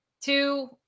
Two